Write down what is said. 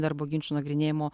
darbo ginčų nagrinėjimo